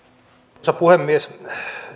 arvoisa puhemies